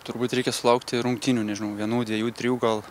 turbūt reikia sulaukti rungtynių nežinau vienų dvejų trijų gal